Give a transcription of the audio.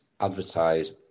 advertise